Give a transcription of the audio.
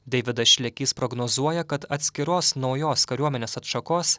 deividas šlekys prognozuoja kad atskiros naujos kariuomenės atšakos